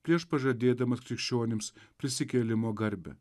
prieš pažadėdamas krikščionims prisikėlimo garbę